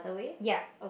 yep